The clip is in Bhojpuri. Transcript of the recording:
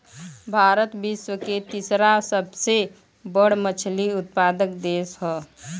भारत विश्व के तीसरा सबसे बड़ मछली उत्पादक देश ह